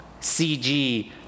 CG